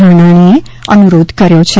ધાનાણીએ અનુરોધ કર્યો છે